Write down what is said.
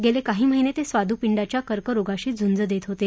गेले काही महिने ते स्वादुपिंडाच्या कर्करोगाशी झुंज देत होते